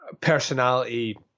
personality